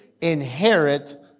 Inherit